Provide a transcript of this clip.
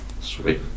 sweet